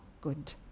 good